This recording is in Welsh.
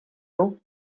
nhw